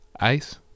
Ice